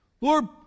Lord